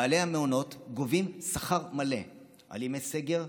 בעלי המעונות גובים שכר מלא על ימי סגר,